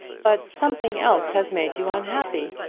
but something else has made you unhappy.